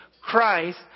Christ